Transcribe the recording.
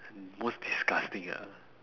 most disgusting ah